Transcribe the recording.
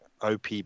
OP